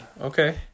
okay